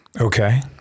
Okay